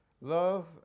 Love